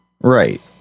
Right